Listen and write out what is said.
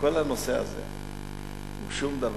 כל הנושא הזה הוא שום דבר.